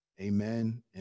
amen